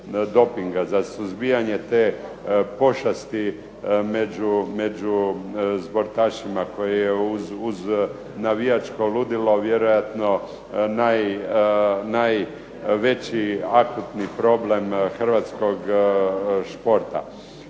za suzbijanje te pošasti među sportašima koje je uz navijačko ludilo vjerojatno najveći akutni problem hrvatskog športa.